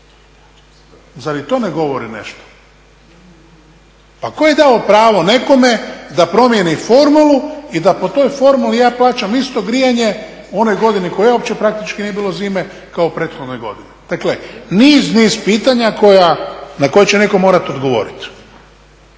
Zar i to ne govori nešto? Pa tko je dao pravo nekome da promijeni formulu i da po toj formuli ja plaćam isto grijanje u onoj godini u kojoj uopće praktički nije bilo zime kao i u prethodnoj godini? Dakle niz, niz pitanja na koja će netko morati odgovoriti.